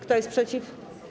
Kto jest przeciw?